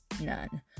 none